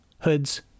hoods